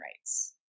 rights